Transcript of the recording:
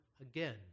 again